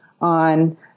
on